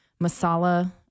masala